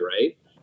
right